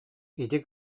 ити